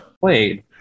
played